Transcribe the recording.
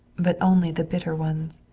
but only the bitter ones.